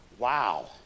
wow